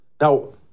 Now